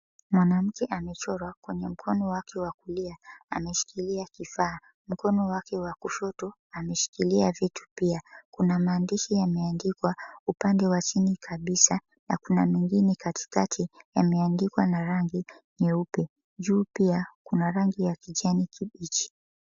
Mwanamke amechorwa kwenye upande wake wa kulia ameshikilia kifaa, mkono wake wa kushoto ameshikilia vitu pia. Kuna maandishi yameandikwa upande wa chini kabisa na kuna mengine katikati yameandikwa na rangi nyeupe. Juu pia kuna rangi ya kijani kibichi.